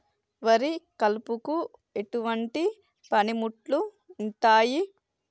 వరి కలుపుకు ఎటువంటి పనిముట్లు ఉంటాయి?